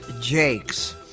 jake's